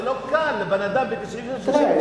זה לא קל לבן-אדם בן 93. כן,